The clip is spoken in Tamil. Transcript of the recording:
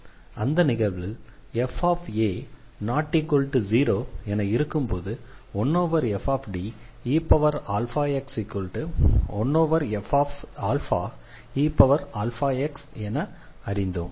அந்த நிகழ்வில் fa≠0 என இருக்கும்போது 1fDeax1faeax என அறிந்தோம்